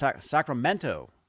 Sacramento